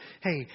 Hey